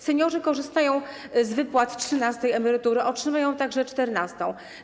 Seniorzy korzystają z wypłat trzynastej emerytury, otrzymują także czternastą.